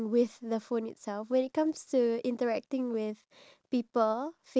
they're not entirely devices that can give out the emotions